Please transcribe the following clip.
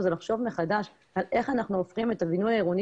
זה לחשוב מחדש על איך אנחנו הופכים את הבינוי העירוני